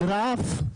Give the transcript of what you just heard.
מרעב,